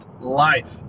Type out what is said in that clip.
Life